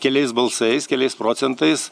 keliais balsais keliais procentais